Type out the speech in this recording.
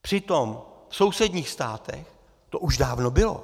Přitom v sousedních státech to už dávno bylo.